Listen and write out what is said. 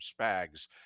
Spags